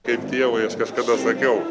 kaip tėvui aš kažkada sakiau